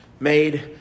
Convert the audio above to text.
made